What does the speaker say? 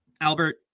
Albert